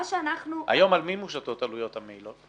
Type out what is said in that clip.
על מי מושתות היום עלויות המעילות?